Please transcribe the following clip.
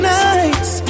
nights